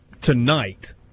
tonight